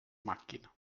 macchina